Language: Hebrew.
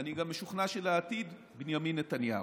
אני גם משוכנע שלעתיד, בנימין נתניהו.